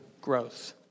growth